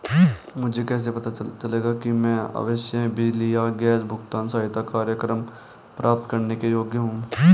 मुझे कैसे पता चलेगा कि मैं आवासीय बिजली या गैस भुगतान सहायता कार्यक्रम प्राप्त करने के योग्य हूँ?